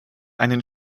einen